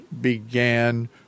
began